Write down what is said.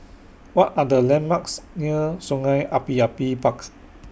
What Are The landmarks near Sungei Api Parks